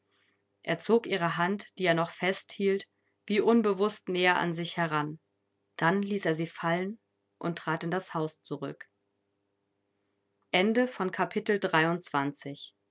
er zog ihre hand die er noch festhielt wie unbewußt näher an sich heran dann ließ er sie fallen und trat in das haus zurück